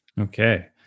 Okay